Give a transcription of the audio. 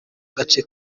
gace